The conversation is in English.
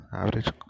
average